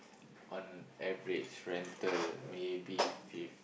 on average rental maybe fif~